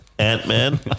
Ant-Man